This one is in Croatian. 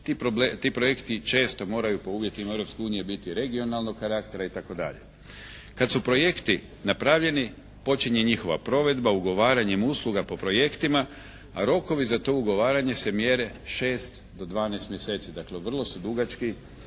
Ti projekti često moraju po uvjetima Europske unije biti regionalnog karaktera itd. Kad su projekti napravljeni počinje njihova provedba ugovaranjem usluga po projektima. A rokovi za to ugovaranje se mjere 6 do 12 mjeseci. Dakle vrlo su dugački